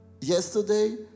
Yesterday